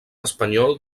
espanyol